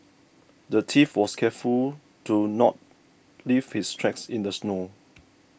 the thief was careful to not leave his tracks in the snow